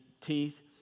teeth